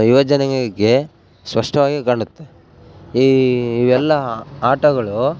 ಯುವ ಜನಾಂಗಕ್ಕೆ ಸ್ಪಷ್ಟವಾಗಿ ಕಾಣುತ್ತೆ ಈ ಇವೆಲ್ಲ ಆಟಗಳು